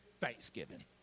thanksgiving